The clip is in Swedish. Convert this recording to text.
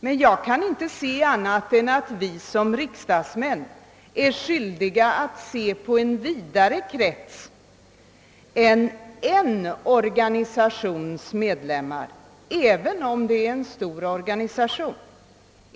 Men jag kan inte se annat än att vi som riksdagsledamöter är skyldiga att ta hänsyn till en vidare krets än en organisations medlemmar, även om den organisationen är stor.